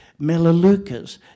Melaleucas